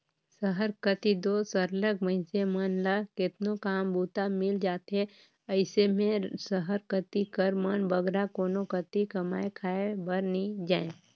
सहर कती दो सरलग मइनसे मन ल केतनो काम बूता मिल जाथे अइसे में सहर कती कर मन बगरा कोनो कती कमाए खाए बर नी जांए